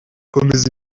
komeza